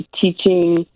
teaching